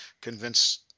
convince